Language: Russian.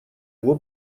его